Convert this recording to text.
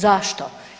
Zašto?